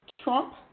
Trump